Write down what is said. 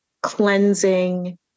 cleansing